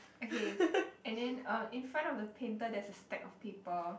okay and then uh in front of the painter there's a stack of paper